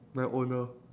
my owner